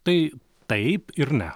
tai taip ir ne